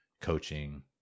coaching